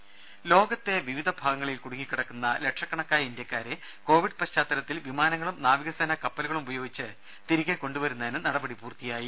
രുമ ലോകത്തെ വിവിധ ഭാഗങ്ങളിൽ കുടുങ്ങിക്കിടക്കുന്ന ലക്ഷക്കണക്കായ ഇന്ത്യക്കാരെ കോവിഡ് പശ്ചാത്തലത്തിൽ വിമാനങ്ങളും നാവികസേനാ കപ്പലുകളും ഉപയോഗിച്ച് തിരികെ കൊണ്ടു വരുന്നതിന് നടപടി പൂർത്തിയായി